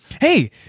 Hey